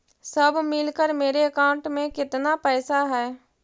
सब मिलकर मेरे अकाउंट में केतना पैसा है?